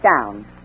down